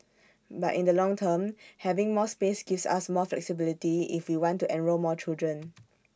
but in the long term having more space gives us more flexibility if we want to enrol more children